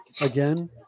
again